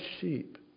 sheep